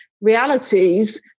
realities